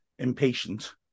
impatient